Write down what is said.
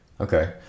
Okay